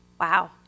Wow